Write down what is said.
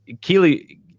keely